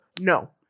no